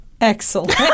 Excellent